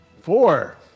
Four